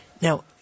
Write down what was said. Now